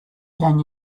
can